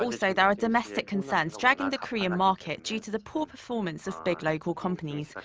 also, there are domestic concerns dragging the korean market due to the poor performance of big local companies,